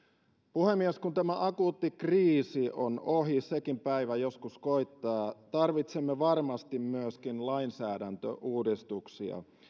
puhemies kun tämä akuutti kriisi on ohi sekin päivä joskus koittaa tarvitsemme varmasti myöskin lainsäädäntöuudistuksia